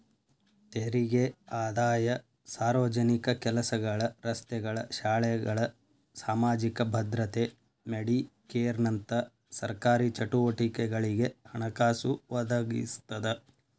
ತೆರಿಗೆ ಆದಾಯ ಸಾರ್ವಜನಿಕ ಕೆಲಸಗಳ ರಸ್ತೆಗಳ ಶಾಲೆಗಳ ಸಾಮಾಜಿಕ ಭದ್ರತೆ ಮೆಡಿಕೇರ್ನಂತ ಸರ್ಕಾರಿ ಚಟುವಟಿಕೆಗಳಿಗೆ ಹಣಕಾಸು ಒದಗಿಸ್ತದ